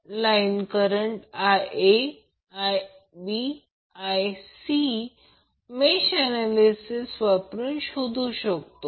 तर मुळात हे काहीच नाही परंतु लहान a ला फिक्स करू शकतो आणि लहान n देखील करू शकतो